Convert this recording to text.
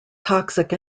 toxic